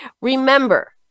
Remember